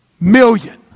million